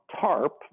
TARP